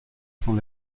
sont